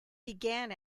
began